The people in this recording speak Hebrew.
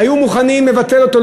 היו מוכנים לבטל אותו,